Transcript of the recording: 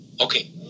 Okay